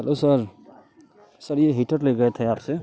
hello sir sir ये heater ले गए थे आप से